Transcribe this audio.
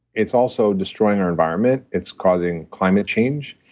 it's also destroying our environment. it's causing climate change.